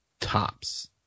tops